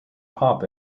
pop